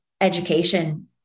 education